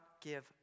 give